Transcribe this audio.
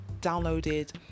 downloaded